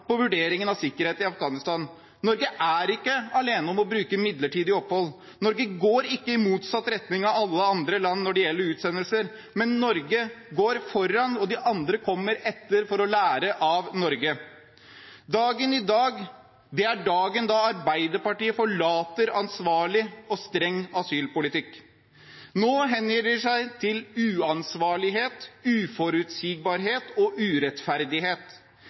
av sikkerheten i Afghanistan. Norge er ikke alene om å bruke midlertidig opphold. Norge går ikke i motsatt retning av alle andre land når det gjelder utsendelser, men Norge går foran, og de andre kommer etter for å lære av Norge. Dagen i dag er dagen da Arbeiderpartiet forlater en ansvarlig og streng asylpolitikk. Nå hengir de seg til uansvarlighet, uforutsigbarhet og urettferdighet.